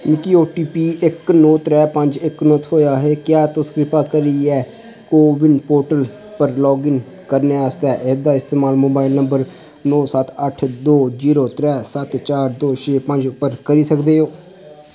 मिगी O T P इक नौ त्रै पंज इक नौ थ्होएआ ऐ क्या तुस कृपा करियै कोविन पोर्टल पर लॉग इन करने आस्तै एह्दा इस्तमाल मोबाइल नंबर नौ सत्त अट्ठ दो जीरो त्रै सत्त चार दो छे पंज उप्पर करी सकदे ओ